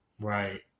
Right